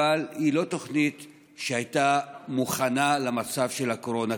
אבל היא לא תוכנית שהייתה מוכנה למצב של הקורונה,